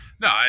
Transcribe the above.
No